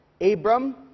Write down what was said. Abram